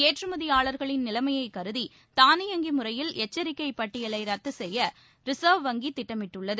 ஏற்றுமதியாளர்களின் நிலைமையைக் கருதி தானியங்கி முறையில் எச்சரிக்கைப் பட்டியலிலை ரத்து செய்ய ரிசர்வ் வங்கி திட்டமிட்டுள்ளது